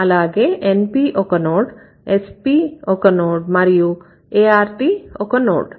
అలాగే NP ఒక node SP ఒక నోడ్ మరియు Art ఒక నోడ్